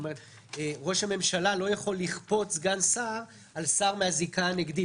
כלומר ראש הממשלה לא יכול לכפות סגן שר על שר מן הזיקה הנגדית,